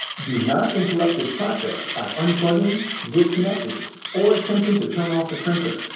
do not interrupt this process by unplugging, disconnecting, or attempting to turn off the printer.